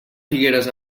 figueres